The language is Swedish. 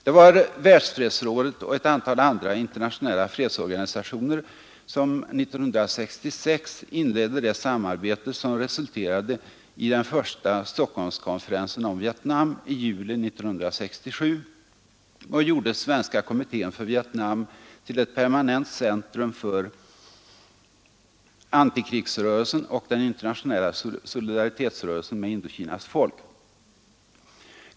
Det var Världsfredsrådet och ett antal andra internationella fredsorganisationer som 1966 inledde det samarbete som resulterade i den första Stockholmskonferensen om Vietnam i juli 1967 och gjorde Svenska kommittén för Vietnam till ett permanent centrum för antikrigsrörelsen och den internationella solidaritetsrörelsen med Indokinas folk.